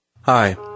Hi